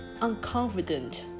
unconfident